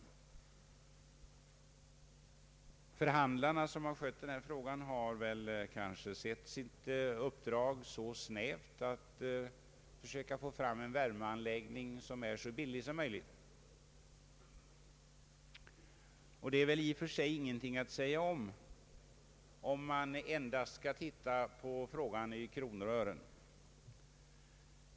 De förhandlare som har skött denna fråga har kanske ansett sitt uppdrag vara så snävt att man velat föreslå en värmeanläggning som är så billig som möjligt. Detta är väl i och för sig ingenting att säga om, därest man bara ser på frågan i kronor och ören.